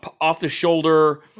off-the-shoulder